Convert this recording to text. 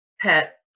pet